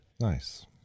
Nice